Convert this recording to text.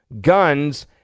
guns